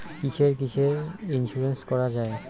কিসের কিসের ইন্সুরেন্স করা যায়?